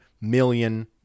million